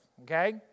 Okay